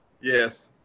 yes